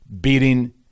beating